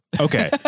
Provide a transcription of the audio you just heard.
Okay